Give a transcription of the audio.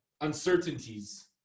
uncertainties